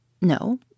No